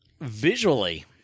visually